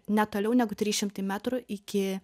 ne netoliau negu trys šimtai metrų iki